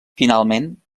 finalment